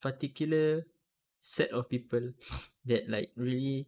particular set of people that like really